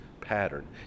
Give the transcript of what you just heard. pattern